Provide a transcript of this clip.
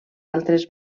altres